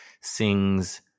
sings